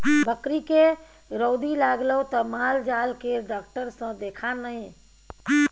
बकरीके रौदी लागलौ त माल जाल केर डाक्टर सँ देखा ने